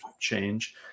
change